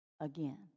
again